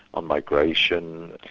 on migration,